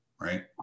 right